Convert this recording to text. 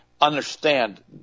understand